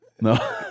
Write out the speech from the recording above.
No